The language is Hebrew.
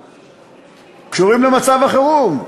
ותמרוקים קשורים למצב החירום.